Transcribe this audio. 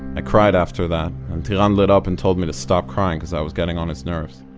i cried after that, and tiran lit up and told me to stop crying cause i was getting on his nerves.